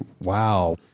wow